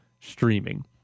streaming